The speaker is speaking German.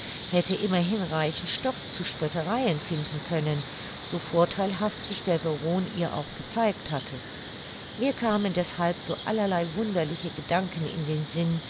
hätte immerhin reichen stoff zu spöttereien finden können so vortheilhaft sich der baron ihr auch gezeigt hatte mir kamen deshalb so allerlei wunderliche gedanken in den sinn